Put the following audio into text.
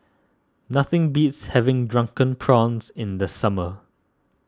nothing beats having Drunken Prawns in the summer